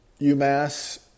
UMass